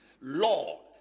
law